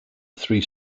three